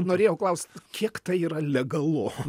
norėjau klaust kiek tai yra legalu